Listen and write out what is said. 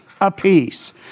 apiece